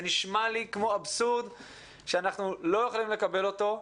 זה נשמע לי כמו אבסורד שאנחנו לא יכולים לקבל אותו.